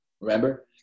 Remember